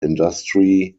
industry